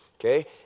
okay